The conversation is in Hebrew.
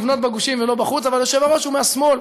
לבנות בגושים ולא בחוץ, אבל היושב-ראש הוא מהשמאל.